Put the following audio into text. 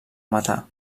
matar